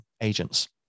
agents